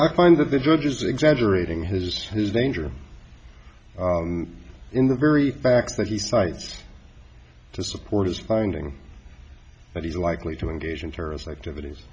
i find that the judge is exaggerating his his danger in the very fact that he cites to support his finding that he's likely to engage in terrorist activities